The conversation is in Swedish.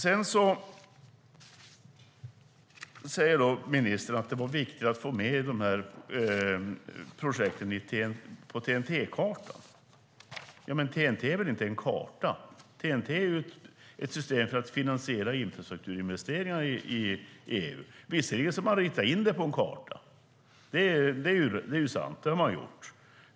Ministern säger att det var viktigt att få med de här projekten på TEN-T-kartan. TEN-T är väl inte en karta. Det är ett system för att finansiera infrastrukturinvesteringar i EU. Visserligen har man ritat in det på en karta; det är sant.